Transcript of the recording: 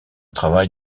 travail